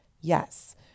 yes